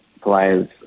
players